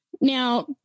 Now